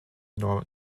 nor